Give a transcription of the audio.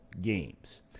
games